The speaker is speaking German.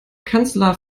kanzler